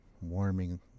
warming